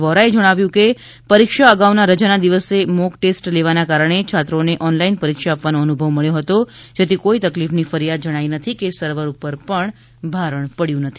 વોરાએ જણાવ્યું હતું કે પરીક્ષા અગાઉ ના રજાના દિવસે મોક ટેસ્ટ લેવાના કારણે છાત્રોને ઓનલાઈન પરીક્ષા આપવાનો અનુભવ મળ્યો હતો જેથી કોઈ તકલીફની ફરિયાદ જણાઈ નથી કે સર્વર પર ભારણ પડ્યું નથી